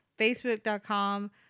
Facebook.com